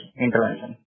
intervention